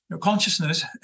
consciousness